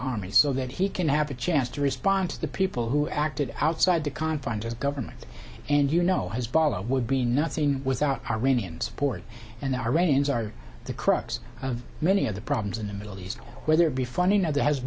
army so that he can have a chance to respond to the people who acted outside the confines of government and you know hizbullah would be nothing without armenians port and the iranians are the crux of many of the problems in the middle east whether it be funding